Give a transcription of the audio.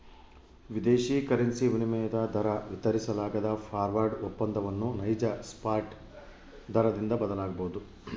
ವಿದೇಶಿ ಕರೆನ್ಸಿ ವಿನಿಮಯ ದರ ವಿತರಿಸಲಾಗದ ಫಾರ್ವರ್ಡ್ ಒಪ್ಪಂದವನ್ನು ನೈಜ ಸ್ಪಾಟ್ ದರದಿಂದ ಬದಲಾಗಬೊದು